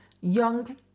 young